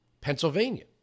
Pennsylvania